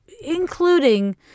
including